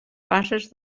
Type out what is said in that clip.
fases